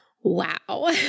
Wow